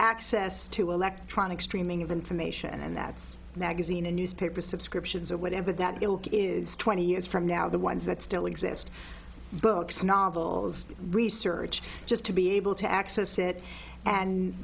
access to electronic streaming of information and that's magazine and newspaper subscriptions or whatever that is twenty years from now the ones that still exist books novels research just to be able to access it and